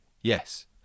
Yes